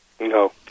No